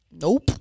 Nope